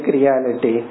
reality